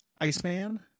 Iceman